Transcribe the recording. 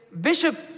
Bishop